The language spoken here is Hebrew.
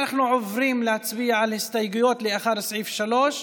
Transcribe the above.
אנחנו עוברים להצביע על הסתייגויות אחרי סעיף 3,